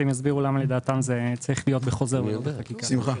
שיסבירו למה לדעתם זה צריך להיות בחוזר ולא בחקיקה.